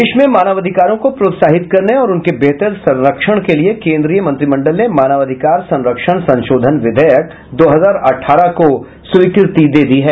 देश में मानवाधिकारों को प्रोत्साहित करने और उनके बेहतर संरक्षण के लिए केंद्रीय मंत्रिमंडल ने मानवाधिकार संरक्षण संशोधन विधेयक दो हजार अठारह को स्वीकृति दे दी है